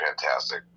fantastic